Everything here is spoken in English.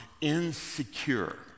insecure